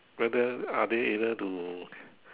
whether are they able to